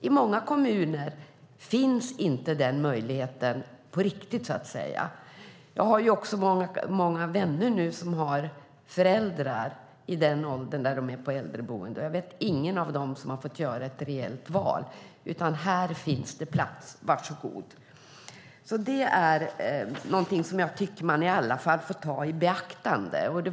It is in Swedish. I många kommuner finns inte möjligheten på riktigt. Jag har många vänner som har föräldrar i den ålder då de bor på äldreboenden. Jag vet ingen av dem som har fått göra ett reellt val, utan de har fått beskedet: Varsågod, här finns det plats! Det är någonting som jag tycker att man i alla fall måste ta i beaktande.